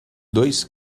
dois